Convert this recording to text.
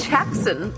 Jackson